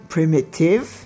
Primitive